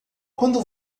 quando